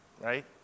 right